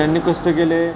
त्यांनी कष्ट केले